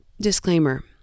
disclaimer